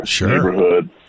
neighborhood